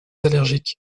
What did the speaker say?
allergiques